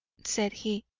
said he,